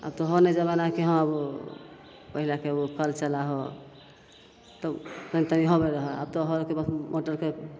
आब तऽ हौ नहि जमाना हँ कि आब हँ पहिलेके ओ कल चलाहो तब पहिले तऽ इहोमे होबै रहै आब तऽ हइ कि